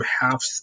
half